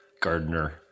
gardener